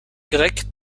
grecque